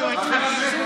ראש העיר של בני ברק,